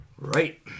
Right